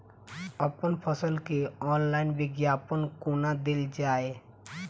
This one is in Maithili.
अप्पन फसल केँ ऑनलाइन विज्ञापन कोना देल जाए?